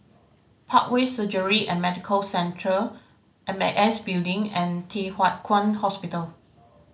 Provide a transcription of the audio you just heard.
Parkway Surgery and Medical Centre M A S Building and Thye Hua Kwan Hospital